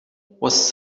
was